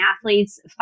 athletes